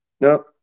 No